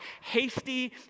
hasty